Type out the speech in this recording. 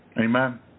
Amen